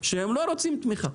שהם לא רוצים תמיכה,